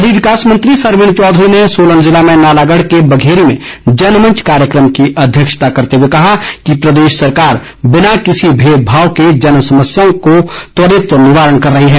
शहरी विकास मंत्री सरवीण चौधरी ने सोलन जिले में नालागढ़ के बघेरी में जनमंच कार्यक्रम की अध्यक्षता करते हुए कहा कि प्रदेश सरकार बिना किसी भेदभाव के जनसमस्याओं का त्वरित निवारण कर रही है